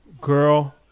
girl